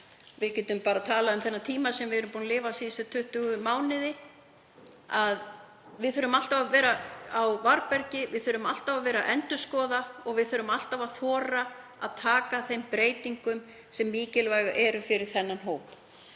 Við getum bara talað um þennan tíma sem við erum búin að lifa síðustu 20 mánuði. Við þurfum alltaf að vera á varðbergi og þurfum alltaf að vera að endurskoða og þurfum alltaf að þora að taka þeim breytingum sem mikilvægar eru fyrir þennan hóp.